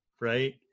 right